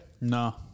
No